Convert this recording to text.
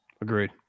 Agreed